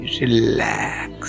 relax